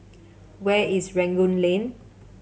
where is Rangoon Lane